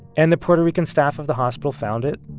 and the puerto rican staff of the hospital found it,